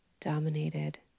dominated